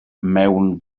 mewn